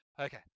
okay